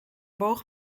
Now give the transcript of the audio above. boog